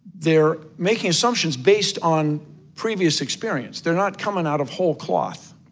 they're making assumptions based on previous experience. they're not coming out of whole cloth.